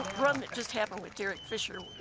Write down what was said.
run that just happened with derek fisher,